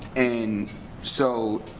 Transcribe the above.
and so